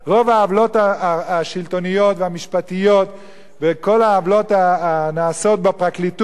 רוב העוולות השלטוניות והמשפטיות וכל העוולות הנעשות בפרקליטות